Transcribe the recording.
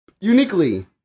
uniquely